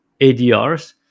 ADRs